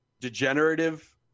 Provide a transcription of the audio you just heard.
degenerative